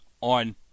on